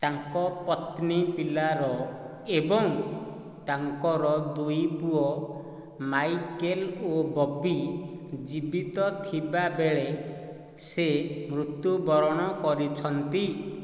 ତାଙ୍କ ପତ୍ନୀ ପିଲାର ଏବଂ ତାଙ୍କର ଦୁଇ ପୁଅ ମାଇକେଲ ଓ ବବି ଜୀବିତ ଥିବାବେଳେ ସେ ମୃତ୍ୟୁବରଣ କରିଛନ୍ତି